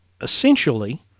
essentially